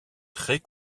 très